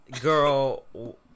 Girl